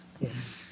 Yes